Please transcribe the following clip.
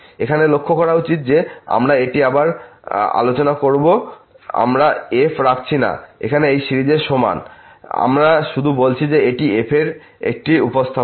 এখানে লক্ষ্য করা উচিত যে আমি এটি আবার আলোচনা করব আমরা f রাখছি না এখানে এই সিরিজের সমান আমরা শুধু বলছি যে এটি f এর একটি উপস্থাপনা